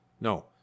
No